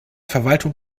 verwaltung